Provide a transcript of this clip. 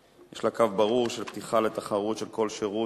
יש לה קו ברור של פתיחה לתחרות של כל שירות